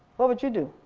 what would you do?